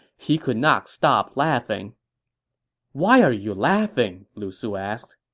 he could not stop laughing why are you laughing? lu su asked